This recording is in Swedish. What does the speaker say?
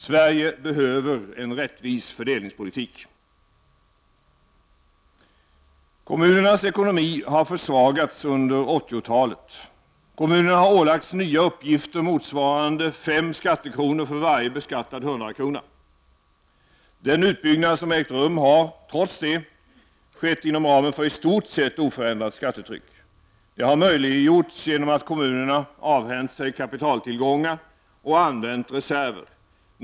Sverige behöver en rättvis fördelningspolitik! Kommunernas ekonomi har försvagats under 80-talet. Kommunerna har ålagts nya uppgifter motsvarande fem skattekronor för varje beskattad hundrakrona. Den utbyggnad som ägt rum har, trots det, skett inom ramen för i stort sett oförändrat skattetryck. Det har möjliggjorts genom att kommunerna avhänt sig kapitaltillgångar och använt reserver.